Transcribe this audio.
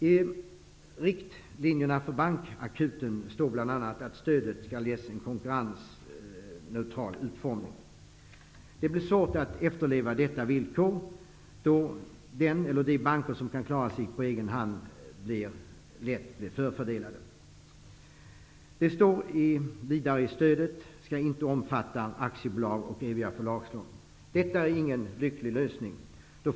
I riktlinjerna till bankakuten står det bl.a. att stödet som ges skall ha en konkurrensneutral utformning. Det blir svårt att efterleva detta villkor, då den eller de banker som kan klara sig på egen hand lätt blir förfördelade. Det står vidare att stödet inte skall omfatta aktiebolag och förlagslån. Detta är ingen lyckad lösning.